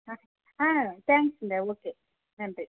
ஆ தேங்ஸ்ங்க ஓகே நன்றி